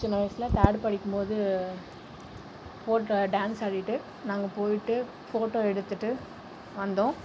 சின்ன வயதில் த்தேடு படிக்கும் போது போட்டோ டான்ஸ் ஆடிகிட்டு நாங்கள் போயிட்டு போட்டோ எடுத்துட்டு வந்தோம்